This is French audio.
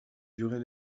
durer